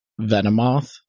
Venomoth